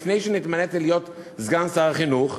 לפני שנתמניתי לסגן שר החינוך,